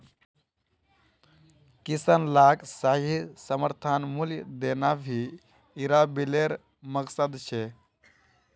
किसान लाक सही समर्थन मूल्य देना भी इरा बिलेर मकसद छे